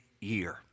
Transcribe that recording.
year